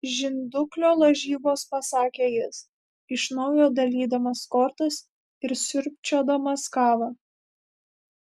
žinduklio lažybos pasakė jis iš naujo dalydamas kortas ir sriubčiodamas kavą